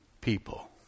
people